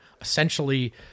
essentially